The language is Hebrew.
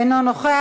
אינו נוכח.